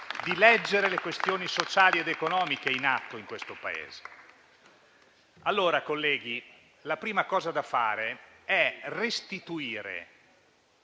di leggere le questioni sociali ed economiche in atto in questo Paese. Colleghi, la prima cosa da fare è restituire